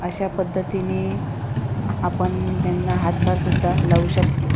अशा पद्धतीने आपण त्यांना हातभार सुद्धा लावू शकतो